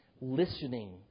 listening